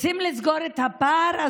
רוצים לסגור את הפער?